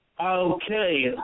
okay